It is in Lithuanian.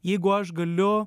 jeigu aš galiu